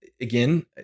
again